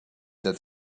that